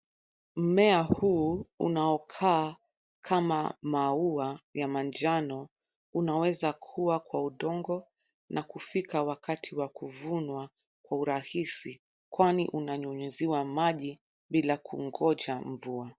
Mmea huu unaokaa kama maua ya manjano unaweza kua kwa udongo na kufika wakati wa kuvunwa kwa urahisi, kwani unanyunyiziwa maji bila kungoja mvua.